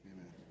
Amen